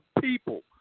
people